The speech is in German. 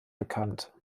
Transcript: bekannt